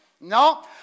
No